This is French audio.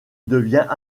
devient